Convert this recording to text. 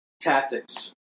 tactics